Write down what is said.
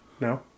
No